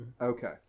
Okay